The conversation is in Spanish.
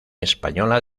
española